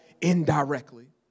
indirectly